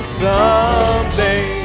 someday